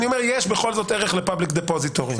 בכל זאת יש ערך ל-public depository,